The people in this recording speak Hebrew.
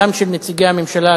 גם של נציגי הממשלה,